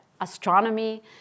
astronomy